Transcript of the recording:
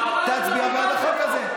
תצביע בעד החוק הזה.